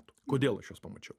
kodėl aš juos pamačiau